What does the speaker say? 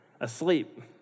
asleep